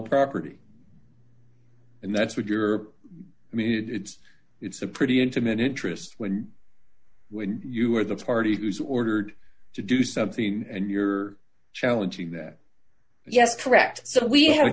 property and that's what you're made it's it's a pretty intimate interest when when you are the party who is ordered to do something and you're challenging that yes correct so we ha